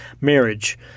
marriage